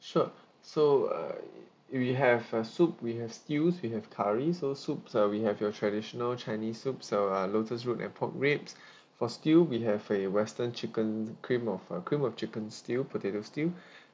sure so uh if we have a soup we have stew we have curry so soups uh we have a traditional chinese soup so uh lotus root and pork ribs for stew we have a western chicken cream of uh cream of chicken stew potato stew